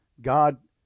God